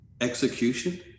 execution